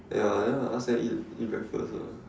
ya then I ask them eat breakfast ah